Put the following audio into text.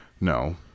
No